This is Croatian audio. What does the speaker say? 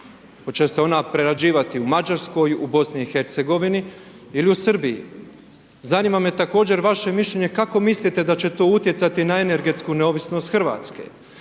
Hoće se ona prerađivati u Mađarskoj, u BiH ili u Srbiji. Zanima me također vaše mišljenje kako mislite da će to utjecati na energetsku neovisnost RH.